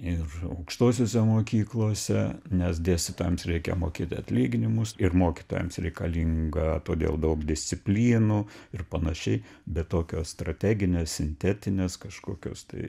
ir aukštosiose mokyklose nes dėstytojams reikia mokėti atlyginimus ir mokytojams reikalinga todėl daug disciplinų ir panašiai bet tokios strateginės sintetinės kažkokios tai